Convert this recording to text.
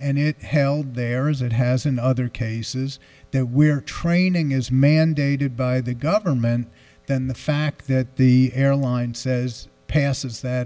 and it held there as it has in other cases that we're training is mandated by the government then the fact that the airline says passes that